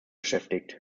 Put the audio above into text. beschäftigt